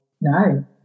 no